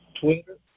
Twitter